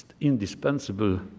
indispensable